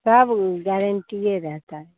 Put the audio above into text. सब गारंटिए रहता है